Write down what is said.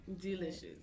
Delicious